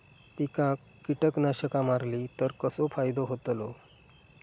पिकांक कीटकनाशका मारली तर कसो फायदो होतलो?